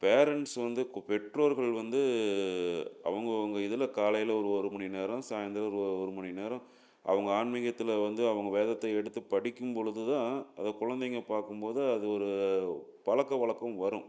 parents வந்து கு பெற்றோர்கள் வந்து அவங்கவுங்க இதில் காலையில் ஒரு ஒரு மணி நேரம் சாயந்தரம் ஒரு ஒரு மணி நேரம் அவங்க ஆன்மீகத்தில் வந்து அவங்க வேதத்தை எடுத்துப் படிக்கும் பொழுது தான் அதை கொழந்தைங்க பார்க்கும் போது அது ஒரு பழக்க வழக்கம் வரும்